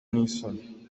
n’isoni